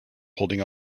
holding